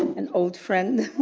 an old friend.